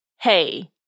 hey